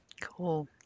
Cool